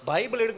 Bible